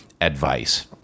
advice